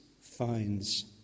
finds